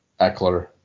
Eckler